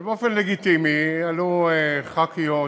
ובאופן לגיטימי עלו חברות כנסת,